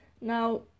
Now